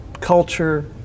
culture